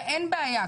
ואין בעיה,